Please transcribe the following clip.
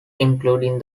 including